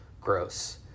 gross